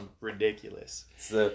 ridiculous